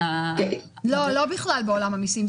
לא בכלל בעולם המיסים.